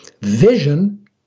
vision